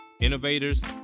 innovators